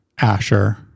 Asher